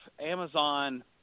Amazon